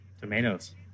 Tomatoes